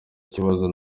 kibazo